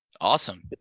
awesome